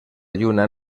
lluna